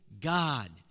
God